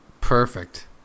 Perfect